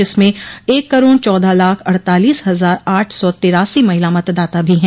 जिसमें एक करोड़ चौदह लाख अड़तालीस हजार आठ सौ तिरासी महिला मतदाता भी ह